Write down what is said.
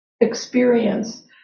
experience